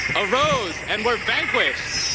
arose and were vanquished,